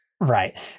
Right